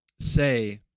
say